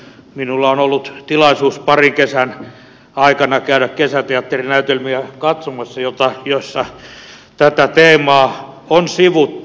minulla on ollut tilaisuus parin kesän aikana käydä katsomassa kesäteatterinäytelmiä joissa tätä teemaa on sivuttu